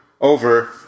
over